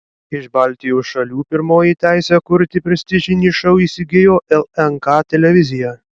iš baltijos šalių pirmoji teisę kurti prestižinį šou įsigijo lnk televizija